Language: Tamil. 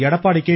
எடப்பாடி கே